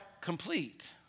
complete